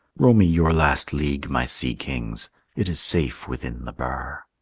row me your last league, my sea-kings it is safe within the bar.